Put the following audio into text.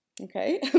Okay